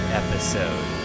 episode